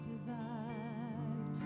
divide